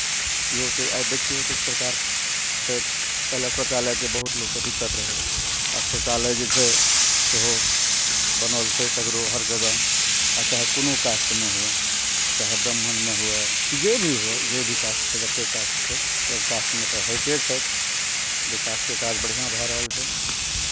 इहो छै आइ देखियौ एतेक सरकार छथि पहिले शौचालयके बहुत लोकके दिक्कत रहै आब शौचालय जे छै सेहो बनल छै सगरो हर जगह आ चाहे कोनो कास्टमे होइ चाहे ब्राह्मणमे हुए कि जे भी हुए जे भी कास्ट छै जतेक कास्ट छै सभ कास्टमे तऽ होइते छथि विकासके काज बढ़िआँ भए रहल छै